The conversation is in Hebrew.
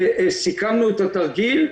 וסיכמנו את התרגיל.